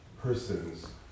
persons